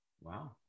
Wow